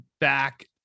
back